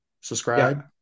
subscribe